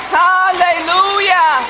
hallelujah